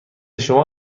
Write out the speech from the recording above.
شما